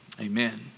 amen